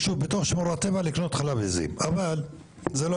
אבל אחרי שדיברתי איתו ושלחתי לו מכתב